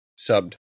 Subbed